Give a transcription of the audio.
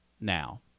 now